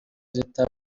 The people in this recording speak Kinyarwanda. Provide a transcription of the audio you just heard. zita